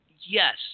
Yes